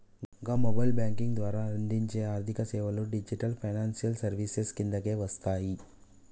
గా mobile banking ద్వారా అందించే ఆర్థికసేవలు డిజిటల్ ఫైనాన్షియల్ సర్వీసెస్ కిందకే వస్తయి